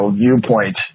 viewpoint